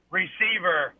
receiver